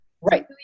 right